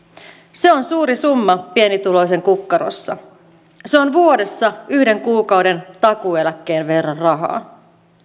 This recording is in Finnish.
se on suuri summa pienituloisen kukkarossa se on vuodessa yhden kuukauden takuueläkkeen verran rahaa